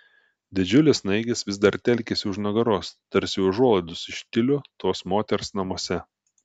didžiulės snaigės vis dar telkėsi už nugaros tarsi užuolaidos iš tiulio tos moters namuose